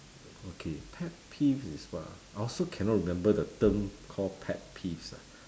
okay pet peeve is what ah I also cannot remember the term called pet peeves ah